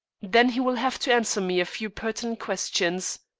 then he will have to answer me a few pertinent questions.